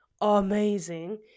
amazing